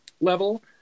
level